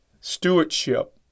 stewardship